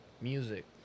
music